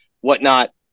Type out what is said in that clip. whatnot